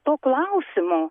to klausimo